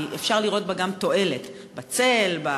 אלא